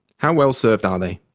how well served are they?